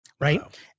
Right